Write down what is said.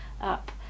up